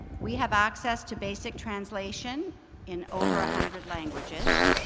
we have access to basic translation in over a hundred languages,